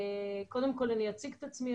קודם כל אני אציג את עצמי,